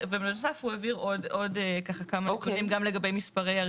ובנוסף הוא העביר עוד כמה נתונים גם לגבי